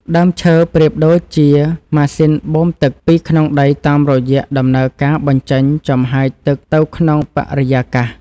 ដើមឈើប្រៀបដូចជាម៉ាស៊ីនបូមទឹកពីក្នុងដីតាមរយៈដំណើរការបញ្ចេញចំហាយទឹកទៅក្នុងបរិយាកាស។ដើមឈើប្រៀបដូចជាម៉ាស៊ីនបូមទឹកពីក្នុងដីតាមរយៈដំណើរការបញ្ចេញចំហាយទឹកទៅក្នុងបរិយាកាស។